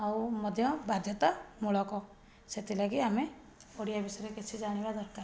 ଆଉ ମଧ୍ୟ ବାଧ୍ୟତାମୂଳକ ସେଥିଲାଗି ଆମେ ଓଡ଼ିଆ ବିଷୟରେ କିଛି ଜାଣିବା ଦରକାର